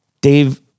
Dave